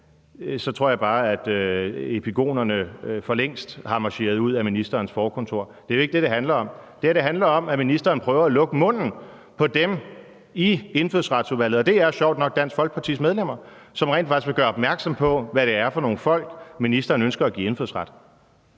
Så tror jeg bare, at epigonerne forlængst er marcheret ud af ministerens forkontor. Det er jo ikke det, der handler om. Det her handler om, at ministeren prøver at lukke munden på dem i Indfødsretsudvalget – og det er sjovt nok Dansk Folkepartis medlemmer – som rent faktisk vil gøre opmærksom på, hvad det er for nogle folk, ministeren ønsker at give indfødsret.